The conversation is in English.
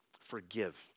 forgive